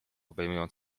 obejmują